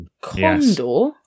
Condor